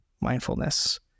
mindfulness